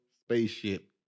spaceship